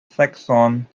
saxon